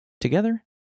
Together